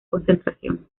concentración